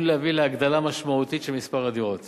להביא להגדלה משמעותית של מספר הדירות